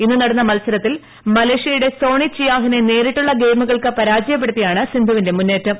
ഇന്നു നടന്ന മത്സരത്തിൽ മലേഷ്യയുടെ സോണിയ ചിയാഹിനെ നേരിട്ടുള്ള ഗെയിമുകൾക്ക് പരാജയപ്പെടുത്തിയാണ് സിന്ധുവിന്റെ മുന്നേറ്റം